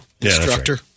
instructor